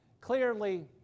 clearly